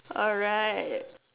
alright